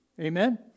Amen